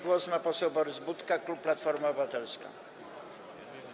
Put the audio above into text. Głos ma poseł Borys Budka, klub Platforma Obywatelska.